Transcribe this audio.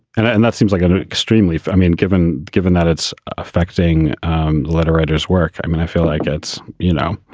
and that seems like an an extremely i mean, given given that it's affecting um letter writers work. i mean, i feel like it's, you know,